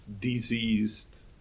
diseased